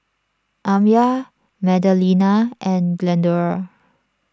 Amya Magdalena and Glendora